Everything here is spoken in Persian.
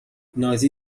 نازی